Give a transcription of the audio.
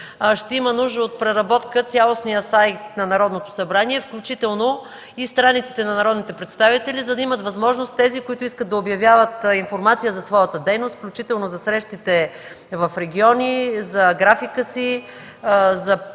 Ще има нужда от преработка на цялостния сайт на Народното събрание, включително и страниците на народните представители, за да имат възможност тези, които искат да обявят информация за своята дейност, включително за срещите в региони, за графика си, за свои